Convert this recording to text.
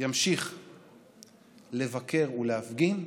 ימשיך לבקר ולהפגין,